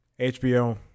HBO